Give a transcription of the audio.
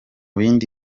bindi